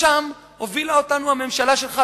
לשם הובילה אותנו הממשלה שלך,